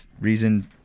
reason